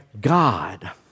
God